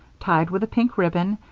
tied with a pink ribbon,